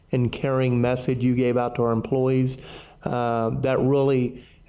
and caring message you gave out to our employees that really,